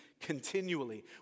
continually